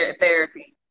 therapy